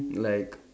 like